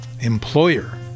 employer